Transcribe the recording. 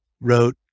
Wrote